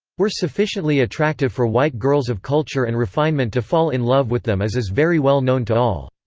were sufficiently attractive for white girls of culture and refinement to fall in love with them as is very well known to all.